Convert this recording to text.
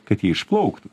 kad jie išplauktų